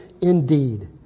indeed